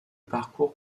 parcours